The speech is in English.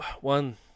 One